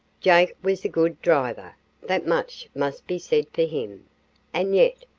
jake was a good driver that much must be said for him and yet,